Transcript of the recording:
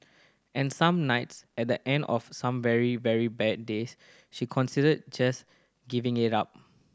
and some nights at the end of some very very bad days she consider just giving it up